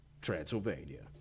Transylvania